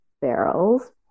barrels